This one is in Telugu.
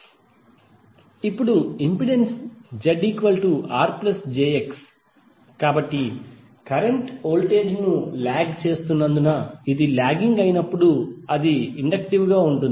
ఇప్పుడు ఇంపెడెన్స్ ZRjX కాబట్టి కరెంట్ వోల్టేజ్ ను లాగ్ చేస్తున్నందున అది లాగింగ్ అయినప్పుడు అది ఇండక్టివ్ గా ఉంటుంది